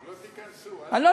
לא תיכנסו, אל תדאג.